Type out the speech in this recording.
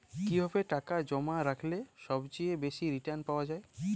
কিভাবে টাকা জমা রাখলে সবচেয়ে বেশি রির্টান পাওয়া য়ায়?